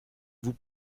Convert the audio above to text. vous